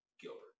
Gilbert